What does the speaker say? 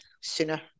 sooner